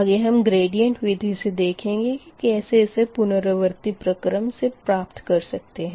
आगे हम ग्रेडीयंट विधि से देखेंगे के कैसे इसे पुनरावर्ती प्रक्रम से प्राप्त कर सकते है